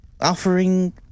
offering